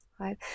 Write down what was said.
right